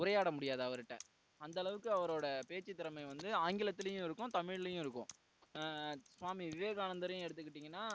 உரையாட முடியாது அவருகிட்ட அந்தளவுக்கு அவரோட பேச்சு திறமை வந்து ஆங்கிலத்துலேயும் இருக்கும் தமிழ்லேயும் இருக்கும் ஸ்வாமி விவேகானந்தரையும் எடுத்துகிட்டிங்கன்னா